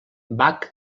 bach